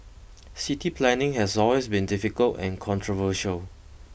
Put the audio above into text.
city planning has always been difficult and controversial